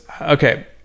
okay